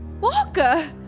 Walker